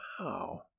wow